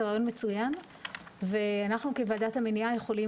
זה רעיון מצוין ואנחנו כוועדת המניעה יכולים